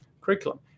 curriculum